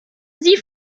sie